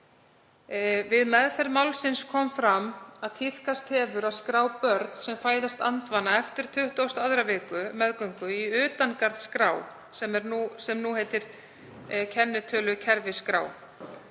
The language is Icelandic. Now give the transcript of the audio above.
Við meðferð málsins kom fram að tíðkast hefur að skrá börn sem fæðast andvana eftir 22. viku meðgöngu í utangarðsskrá, sem nú heitir kennitölukerfisskrá,